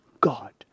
God